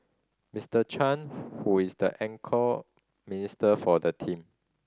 Mister Chan who is the anchor minister for the team